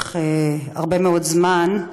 לאורך הרבה מאוד זמן,